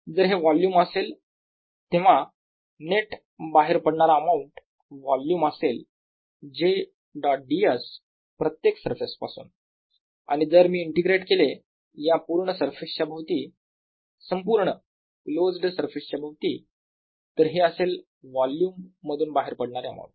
जर हे वोल्युम असेल तेव्हा नेट बाहेर पडणारा अमाऊंट वोल्युम असेल j डॉट ds प्रत्येक सरफेस पासून आणि जर मी इंटिग्रेट केले या पूर्ण सरफेसच्या भोवती संपूर्ण क्लोज्ड सरफेसच्या भोवती तर हे असेल वोल्युम मधून बाहेर पडणारे अमाऊंट